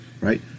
Right